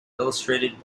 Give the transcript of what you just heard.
illustrated